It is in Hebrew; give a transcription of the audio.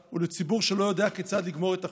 ולציבור שלא יודע כיצד לגמור את החודש,